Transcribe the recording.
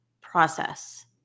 process